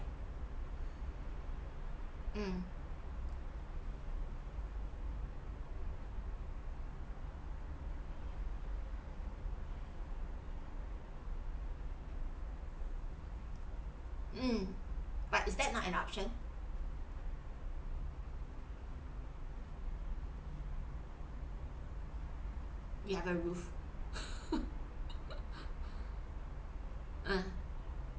mm mm but is that not an option you have a roof uh